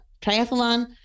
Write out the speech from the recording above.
triathlon